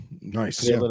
nice